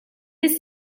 bis